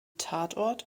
tatort